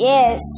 Yes